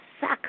suck